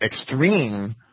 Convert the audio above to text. extreme